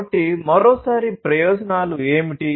కాబట్టి మరోసారి ప్రయోజనాలు ఏమిటి